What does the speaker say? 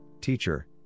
teacher